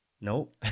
Nope